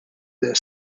their